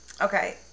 Okay